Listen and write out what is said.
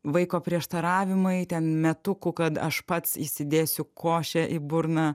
vaiko prieštaravimai ten metukų kad aš pats įsidėsiu košę į burną